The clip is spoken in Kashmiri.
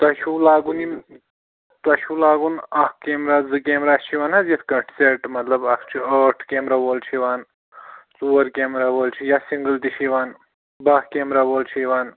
تۄہہِ چھُو لاگُن یِم تۄہہِ چھُو لاگُن اَکھ کیمرا زٕ کیمرا اَسہِ چھِ یِوان حظ سیٚٹ مَطلب اَکھ چھُ ٲٹھ کیمرا وول چھُ یِوان ژور کیمرا وول چھُ یا سِنٛگٕل تہِ چھِ یِوان باہ کیمرا وول چھُ یِوان